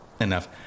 Enough